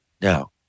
Now